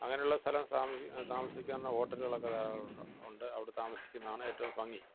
അങ്ങനെയുള്ള സ്ഥലം സാമ താമസിക്കാവുന്ന ഹോട്ടലുകളൊക്കെ ധാരാളം ഉണ്ട് ഉണ്ട് അവിടെ താമസിക്കുന്നതാണ് ഏറ്റവും ഭംഗി